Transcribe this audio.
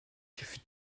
fut